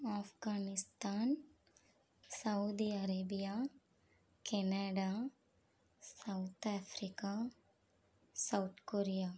Afghanistan Saudi Arabia Canada South Africa South Korea